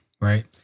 right